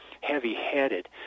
heavy-headed